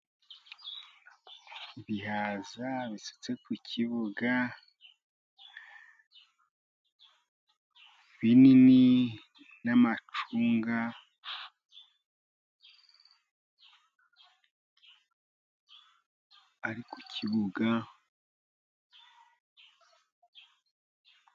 Ibihaza bisutse ku kibuga binini ,n'amacunga ari ku kibuga...